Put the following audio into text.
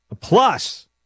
Plus